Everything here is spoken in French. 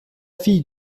fille